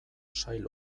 sail